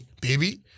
baby